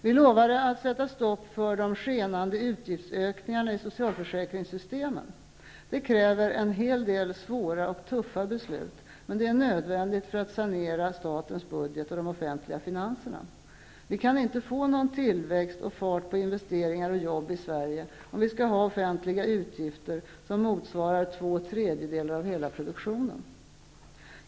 Vi lovade sätta stopp för de skenande utgiftsökningarna i socialförsäkringssystemen. Det kräver en hel del svåra och tuffa beslut, men det är nödvändigt för att sanera statens budget och de offentliga finanserna. Vi kan inte få någon tillväxt och fart på investeringar och jobb i Sverige om vi skall ha offentliga utgifter som motsvarar två tredjedelar av hela produktionen.